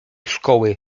szkoły